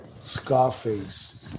Scarface